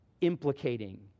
implicating